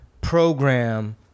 program